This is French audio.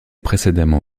précédemment